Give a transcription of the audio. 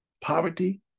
poverty